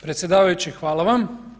Predsjedavajući hvala vam.